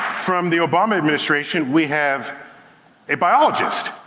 from the obama administration, we have a biologist.